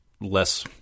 less